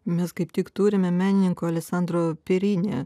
mes kaip tik turime menininko aleksandro pirini